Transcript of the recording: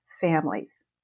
families